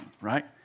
right